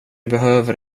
behöver